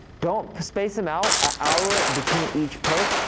don't space em out a hour between each post.